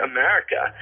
America